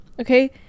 Okay